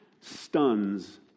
stuns